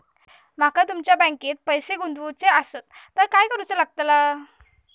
माका तुमच्या बँकेत पैसे गुंतवूचे आसत तर काय कारुचा लगतला?